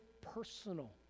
personal